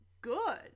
good